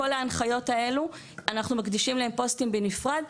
כל ההנחיות האלו אנחנו מקדישים להם פוסטים בנפרד.